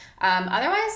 Otherwise